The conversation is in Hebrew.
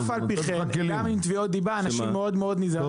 אף על פי כן גם עם תביעות דיבה אנשים מאוד נזהרים.